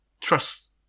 trust